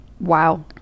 Wow